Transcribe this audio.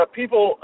people